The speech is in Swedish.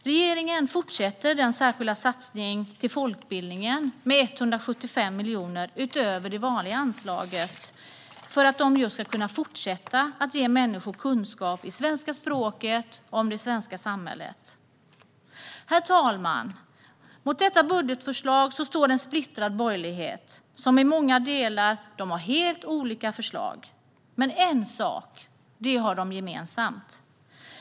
Regeringen fortsätter den särskilda satsningen på folkbildningen med 175 miljoner utöver det vanliga anslaget för att man just ska kunna fortsätta att ge människor kunskap i svenska språket och om det svenska samhället. Herr talman! Mot detta budgetförslag står en splittrad borgerlighet som i många delar har helt olika förslag. Men en sak har de gemensam.